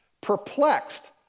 Perplexed